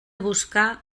buscar